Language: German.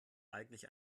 eigentlich